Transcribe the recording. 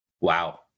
Wow